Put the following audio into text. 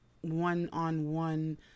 one-on-one